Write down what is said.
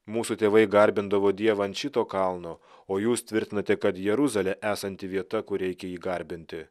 mūsų tėvai garbindavo dievą ant šito kalno o jūs tvirtinate kad jeruzalė esanti vieta kur reikia jį garbinti